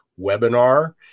Webinar